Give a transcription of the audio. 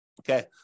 Okay